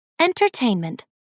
Entertainment